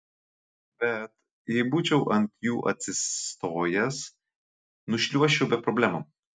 bet jei būčiau ant jų atsistojęs nušliuožčiau be problemų